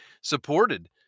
supported